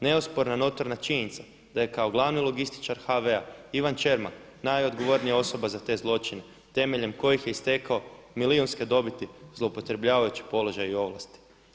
Neosporna notorna činjenica da je kao glavni logističar HV-a Ivan Čermak najodgovornija osoba za te zločine temeljem kojih je i stekao milijunske dobiti zloupotrebljavajući položaj i ovlasti.